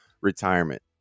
retirement